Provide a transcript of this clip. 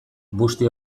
busti